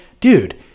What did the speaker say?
dude